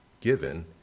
given